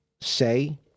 say